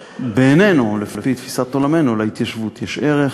בעינינו, לפי תפיסת עולמנו, להתיישבות יש ערך.